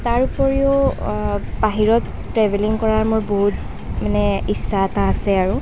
তাৰ উপৰিও বাহিৰত ট্ৰেভেলিং কৰাৰ মোৰ বহুত মানে ইচ্ছা এটা আছে আৰু